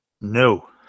No